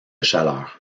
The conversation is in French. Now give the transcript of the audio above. chaleur